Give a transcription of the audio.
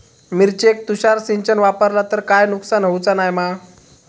मिरचेक तुषार सिंचन वापरला तर काय नुकसान होऊचा नाय मा?